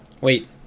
Wait